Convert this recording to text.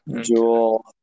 Jewel